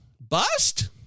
Bust